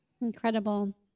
Incredible